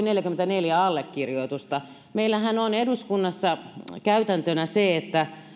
neljäkymmentäneljä allekirjoitusta meillähän on eduskunnassa käytäntönä se että